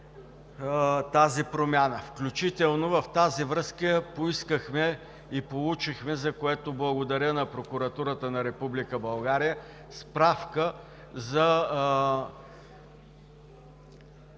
тази промяна. Включително в тази връзка поискахме и получихме, за което благодаря на Прокуратурата на Република